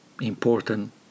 important